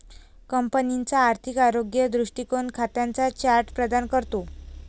कंपनीचा आर्थिक आरोग्य दृष्टीकोन खात्यांचा चार्ट प्रदान करतो